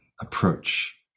approach